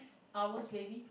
owl's baby